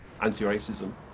anti-racism